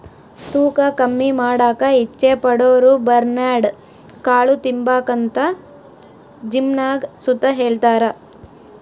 ತೂಕ ಕಮ್ಮಿ ಮಾಡಾಕ ಇಚ್ಚೆ ಪಡೋರುಬರ್ನ್ಯಾಡ್ ಕಾಳು ತಿಂಬಾಕಂತ ಜಿಮ್ನಾಗ್ ಸುತ ಹೆಳ್ತಾರ